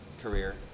career